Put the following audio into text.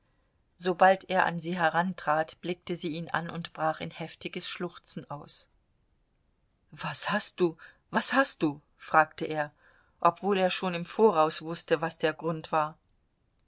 sobald er an sie herantrat blickte sie ihn an und brach in heftiges schluchzen aus was hast du was hast du fragte er obwohl er schon im voraus wußte was der grund war